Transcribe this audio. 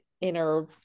inner